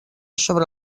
sobre